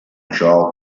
joão